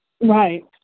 Right